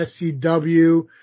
SCW